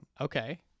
Okay